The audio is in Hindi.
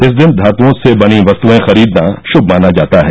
इस दिन धातुओं से बनी वस्तुएं खरीदना शुभ माना जाता है